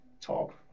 talk